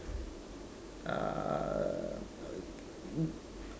uh